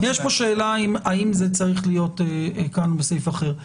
יש פה שאלה האם זה צריך להיות כאן או בסעיף אחר.